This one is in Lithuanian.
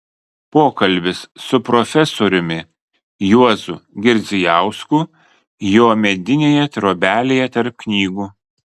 pokalbis su profesoriumi juozu girdzijausku jo medinėje trobelėje tarp knygų